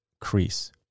crease